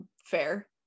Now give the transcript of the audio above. fair